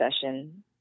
session